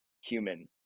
human